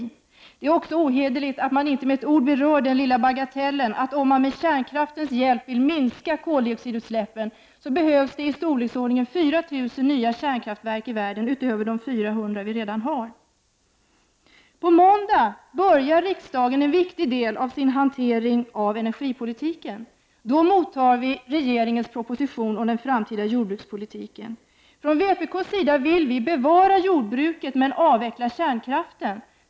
Ohederligt är det däremot att man inte med ett enda ord berör den lilla ”bagatellen” att om man med kärnkraftens hjälp vill minska koldioxidutsläppen behövs det i storleksordningen 4 000 nya kärnkraftverk i världen, utöver de 400 vi redan har. På måndag börjar riksdagen en viktig del av sin hantering av energipolitiken. Då mottar vi regeringens proposition om den framtida jordbrukspolitiken. Från vpk:s sida vill vi bevara jordbruket, men avveckla kärnkraften.